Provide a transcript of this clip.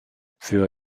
für